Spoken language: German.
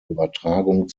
übertragung